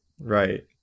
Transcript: right